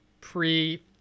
pre